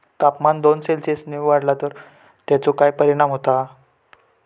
तापमान दोन सेल्सिअस वाढला तर तेचो काय परिणाम होता?